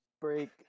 Break